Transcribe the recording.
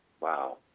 Wow